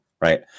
right